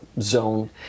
zone